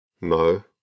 No